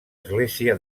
església